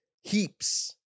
heaps